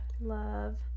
love